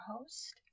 host